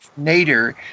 Nader